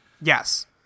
Yes